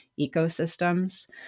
ecosystems